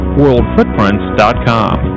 worldfootprints.com